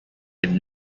been